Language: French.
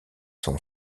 son